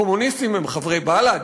קומוניסטים הם חברי בל"ד?